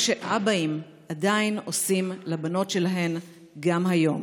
שאבאים עדיין עושים לבנות שלהם גם היום